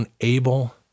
unable